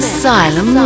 Asylum